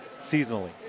seasonally